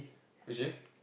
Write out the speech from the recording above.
which is